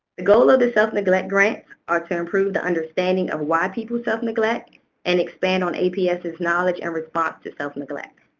the goal of the self-neglect grants are to improve the understanding of why people self-neglect and expand on aps's knowledge and response to self-neglect.